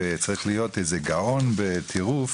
וצריך להיות איזה גאון בטירוף